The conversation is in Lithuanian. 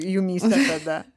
jumyse tada